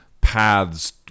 paths